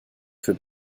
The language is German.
für